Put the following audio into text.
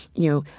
you